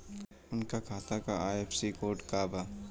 उनका खाता का आई.एफ.एस.सी कोड का बा?